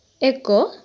ଏକ